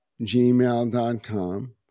gmail.com